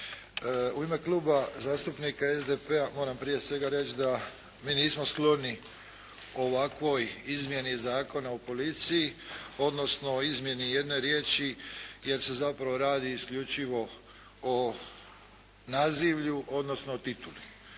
U ime Kluba zastupnika SDP-a moram prije svega reći da mi nismo skloni ovakvoj izmjeni Zakona o policiji, odnosno izmjeni jedne riječi, jer se zapravo radi isključivo o nazivlju, odnosno o tituli.